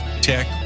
tech